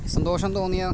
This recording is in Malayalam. സന്തോഷം തോന്നിയ